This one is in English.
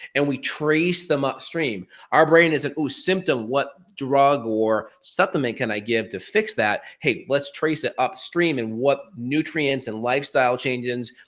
and we trace them upstream. our brain isn't oh, symptom, what drug or supplement can i give to fix that, hey, let's trace it upstream and what nutrients and lifestyle changes,